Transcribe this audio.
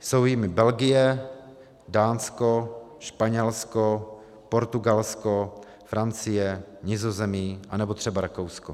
Jsou jimi Belgie, Dánsko, Španělsko, Portugalsko, Francie, Nizozemí anebo třeba Rakousko.